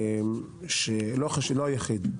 לא היחיד,